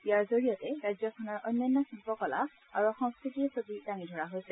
ইয়াৰ জৰিয়তে ৰাজ্যখনৰ অনন্য শিল্পকলা আৰু সংস্কৃতিৰ ছবি দাঙি ধৰা দাঙি ধৰা হৈছে